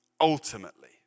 ultimately